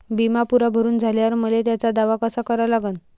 बिमा पुरा भरून झाल्यावर मले त्याचा दावा कसा करा लागन?